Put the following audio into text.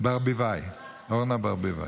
אורנה ברביבאי.